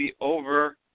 over